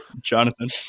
Jonathan